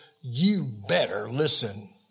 you-better-listen